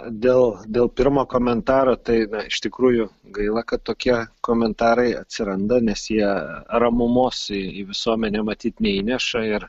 dėl dėl pirmo komentaro tai na iš tikrųjų gaila kad tokie komentarai atsiranda nes jie ramumos į visuomenę matyt neįneša ir